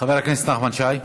חבר הכנסת נחמן שי.